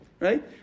Right